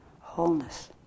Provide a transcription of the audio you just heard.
Wholeness